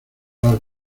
las